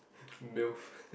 MILF